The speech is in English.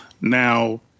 Now